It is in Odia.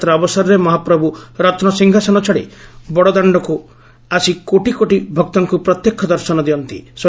ରଥଯାତ୍ରା ଅବସରରେ ମହାପ୍ରଭୁ ରତୁ ସିଂହାସନ ଛାଡ଼ି ବଡ଼ ଦାଣ୍ଡକୁ ଆସି କୋଟି କୋଟି ଭକ୍ତଙ୍କୁ ପ୍ରତ୍ୟକ୍ଷ ଦର୍ଶନ ଦିଅନ୍ତି